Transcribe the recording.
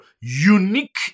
unique